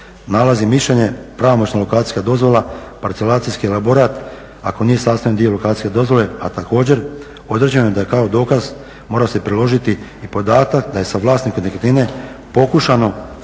nalazi, mišljenje, pravomoćna lokacijska dozvola, parcelacijski elaborat, ako nije sastavni dio lokacijske dozvole, a također određeno je da kao dokaz mora se priložiti i podatak da je sa vlasnikom nekretnine pokušano